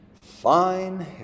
fine